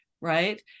right